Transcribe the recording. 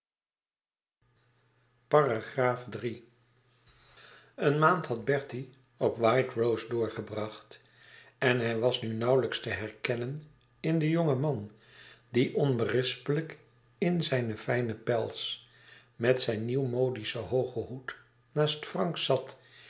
iii eene maand had bertie op white rose doorgebracht en hij was nu nauwelijks te herkennen in den jongen man die onberispelijk in zijn fijnen pels met zijn nieuwmodischen hoogen hoed naast frank zat